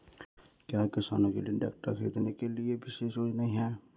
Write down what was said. क्या किसानों के लिए ट्रैक्टर खरीदने के लिए विशेष योजनाएं हैं?